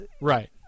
right